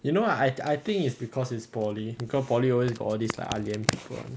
you know I I think is because it's poly because poly always got all these ah lian people